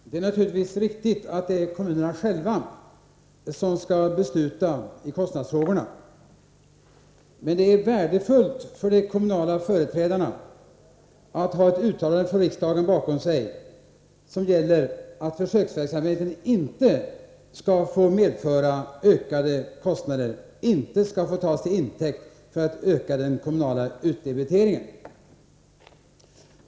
Herr talman! Det är naturligtvis riktigt att det är kommunerna själva som skall besluta i kostnadsfrågorna, men det är värdefullt för de kommunala företrädarna att ha ett uttalande från riksdagen bakom sig, att försöksverksamheten inte skall få medföra ökade kostnader — inte skall få tas till intäkt för att öka den kommunala utdebiteringen.